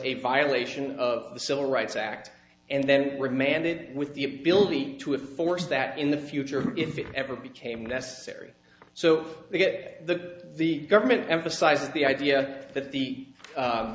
a violation of the civil rights act and then were demanded with the ability to enforce that in the future if it ever became necessary so they get the the government emphasise the idea that the